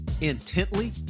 Intently